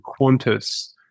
Qantas